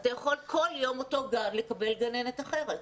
אתה יכול כל יום באותו גן לקבל גננת אחרת.